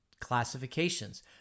classifications